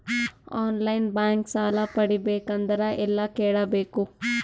On line bank ಸಾಲ ಪಡಿಬೇಕಂದರ ಎಲ್ಲ ಕೇಳಬೇಕು?